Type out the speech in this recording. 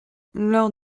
lors